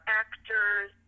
actors